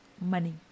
money